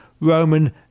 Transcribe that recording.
Roman